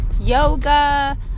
yoga